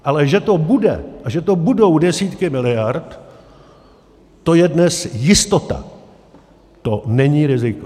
Ale že to bude a že to budou desítky miliard, to je dnes jistota, to není riziko.